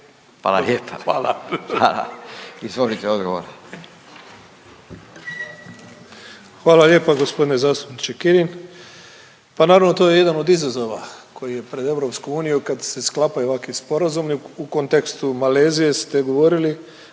**Matušić, Frano (HDZ)** Hvala lijepa gospodine zastupniče Kirin, pa naravno to je jedan od izazova koji je pred EU kad se sklapaju ovakvi sporazumi. U kontekstu Malezije ste govorili